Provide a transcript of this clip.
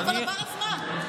אבל עבר הזמן.